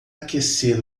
aquecer